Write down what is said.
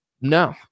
No